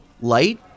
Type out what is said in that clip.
light